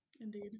Indeed